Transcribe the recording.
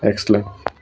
excellent